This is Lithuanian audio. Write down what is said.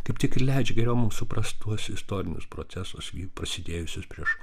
kaip tik ir leidžia geriau mums suprast tuos istorinius procesus prasidėjusius prieš